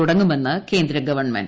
തുടങ്ങുമെന്ന് കേന്ദ്ര ഗവിൺമെന്റ്